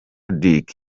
ludic